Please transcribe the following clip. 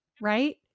right